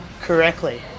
correctly